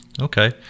Okay